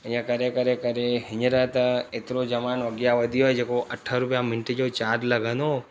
ईअं करे करे करे हीअंर त एतिरो जमानो अॻियां वधी वियो आहे जेको अठ रुपिया मिंट जो चार्ज लॻंदो हो